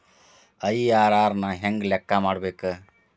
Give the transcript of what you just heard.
IRR ನ ಹೆಂಗ ಲೆಕ್ಕ ಮಾಡಬೇಕ?